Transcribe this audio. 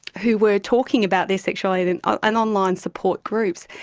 who were talking about their sexuality in and and online support groups.